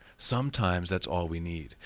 sometimes that's all we need.